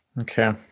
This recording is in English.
Okay